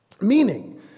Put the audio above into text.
meaning